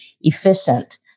efficient